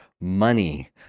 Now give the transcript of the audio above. money